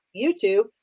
YouTube